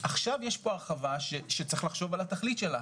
עכשיו יש פה הרחבה שצריך לחשוב על התכלית שלה,